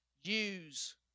use